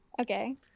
okay